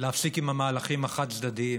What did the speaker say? להפסיק עם המהלכים החד-צדדיים,